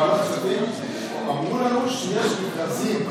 בוועדת כספים אמרו לנו שיש מכרזים,